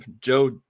Joe